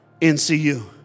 NCU